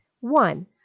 one